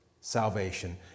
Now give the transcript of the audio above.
salvation